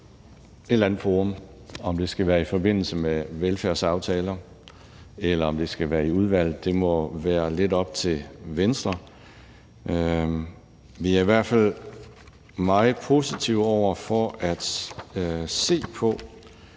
forum. Om det skal være i forbindelse med velfærdsaftaler eller det skal være i udvalget, må være lidt op til Venstre. Vi er i hvert fald meget positive over for at se på